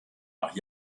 nach